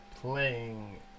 Playing